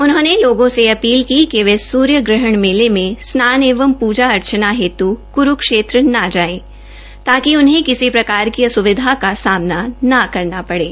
उन्होंने लोगों से अपील की कि वह सूर्यग्रहण मेले में स्नान एवं पूजा अर्चना हेत् क्रुक्षेत्र ना जाएं ताकि उन्हें किसी प्रकार की अस्विधा का सामना ना करना पड़े